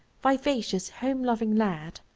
vivacious, home-loving lad.